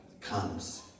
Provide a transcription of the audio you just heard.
comes